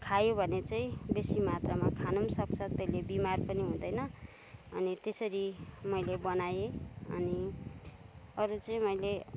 खायो भने चाहिँ बेसी मात्रामा खानु पनि सक्छ त्यसले बिमार पनि हुँदैन अनि त्यसरी मैले बनाएँ अनि अरू चाहिँ मैले